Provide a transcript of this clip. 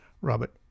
Robert